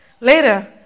Later